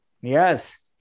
yes